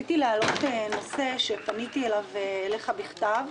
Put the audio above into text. רציתי להעלות שוב על סדר-היום נושא שפניתי אליך לגביו בכתב.